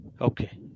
Okay